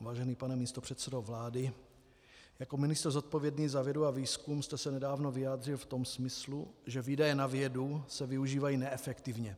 Vážený pane místopředsedo vlády, jako ministr zodpovědný za vědu a výzkum jste se nedávno vyjádřil v tom smyslu, že výdaje na vědu se využívají neefektivně.